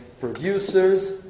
Producers